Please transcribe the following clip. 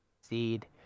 seed